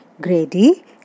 Grady